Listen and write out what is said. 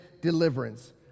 deliverance